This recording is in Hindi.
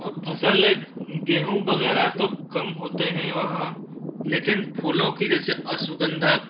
और फसल गेहूँ वगैरह तो कम होते हैं वहाँ लेकिन फूलों की जैसे अश्वगंधक